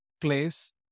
place